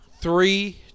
Three